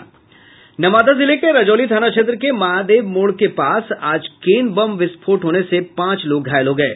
नवादा जिले के रजौली थाना क्षेत्र के महादेव मोड़ के पास आज केन बम विस्फोट होने से पांच लोग घायल हो गये